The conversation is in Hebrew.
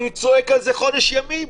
אני צועק על זזה חודש ימים.